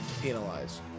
penalize